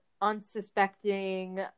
unsuspecting